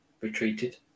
retreated